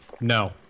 No